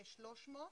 כ-300.